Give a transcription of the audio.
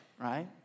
right